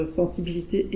sensibilité